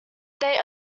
they